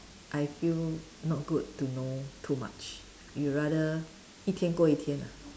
I feel not good to know too much you rather 一天过一天 ah